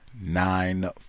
nine